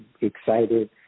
excited